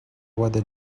whether